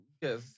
yes